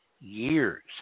years